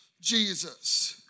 Jesus